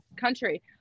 country